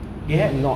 they had